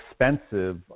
expensive